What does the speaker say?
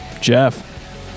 Jeff